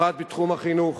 1. בתחום החינוך,